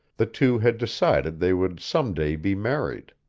the two had decided they would some day be married.